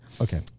Okay